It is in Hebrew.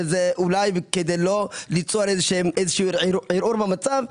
אולי כדי לא ליצור ערעור במצב,